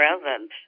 present